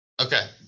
Okay